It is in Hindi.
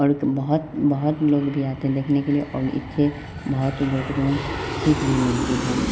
और बहुत बहुत लोग भी आते हैं देखने के लिए और इससे बहुत बहुत बड़ी सीख भी मिलती है